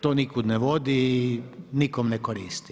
To nikud ne vodi i nikom ne koristi.